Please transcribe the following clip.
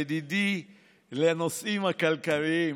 ידידי לנושאים הכלכליים,